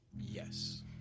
yes